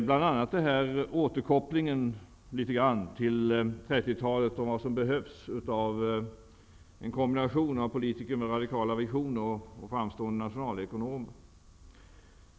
Det gäller bl.a. återkopplingen till 30-talet och att det behövs en kombination av politiker med radikala visioner och framstående nationalekonomer.